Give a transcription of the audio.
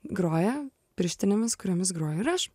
groja pirštinėmis kuriomis groju ir aš